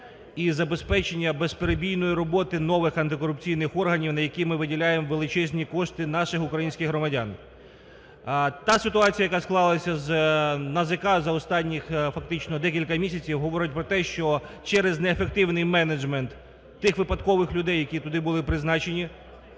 і забезпечення безперебійної роботи нових антикорупційних органів, на які ми виділяємо величезні кошти наших українських громадян. Та ситуація, яка склалася з НАЗК за останні фактично декілька місяців, говорить про те, що через неефективний менеджмент тих випадкових людей, які туди були призначені,